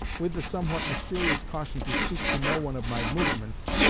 with the somewhat mysterious caution to speak to no one of my movements,